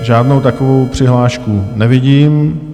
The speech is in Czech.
Žádnou takovou přihlášku nevidím.